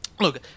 Look